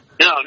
No